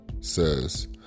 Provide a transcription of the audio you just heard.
says